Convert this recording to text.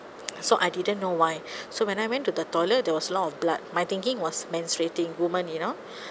so I didn't know why so when I went to the toilet there was lot of blood my thinking was menstruating women you know